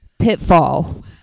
pitfall